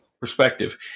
perspective